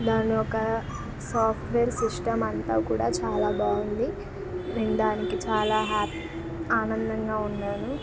దాని ఒక software system అంతా కూడా చాలా బాగుంది నేను దానికి చాలా హ్యాపీ ఆనందంగా ఉన్నాను